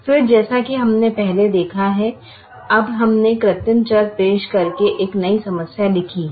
फिर जैसा कि हमने पहले देखा है अब हमने कृत्रिम चर पेश करके एक नई समस्या लिखी है